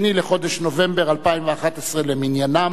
2 בחודש נובמבר 2011 למניינם.